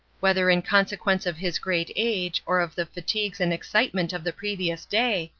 whether in consequence of his great age, or of the fatigues and excitement of the previous day,